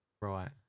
Right